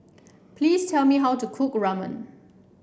please tell me how to cook Ramen